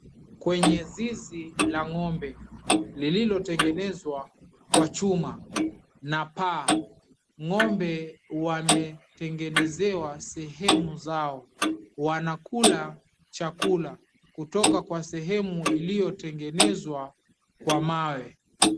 Kwenye zizi la ng'ombe lililotengenezwa kwa chuma na paa, ng'ombe wametengenezewa sehemu zao. Wanakula chakula kutoka kwa sehemu iliyotengenezwa kwa mawe.